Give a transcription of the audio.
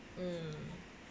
mm